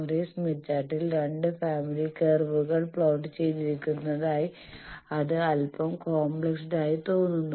ഒരേ സ്മിത്ത് ചാർട്ടിൽ രണ്ട് ഫാമിലി കർവുകൾ പ്ലോട്ട് ചെയ്തിരിക്കുന്നതിനാൽ അത് അൽപ്പം കോംപ്ലിക്കേറ്റഡ് ആയി തോന്നുന്നു